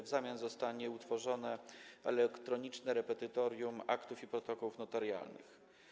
W zamian zostanie utworzone elektroniczne repozytorium aktów i protokołów notarialnych.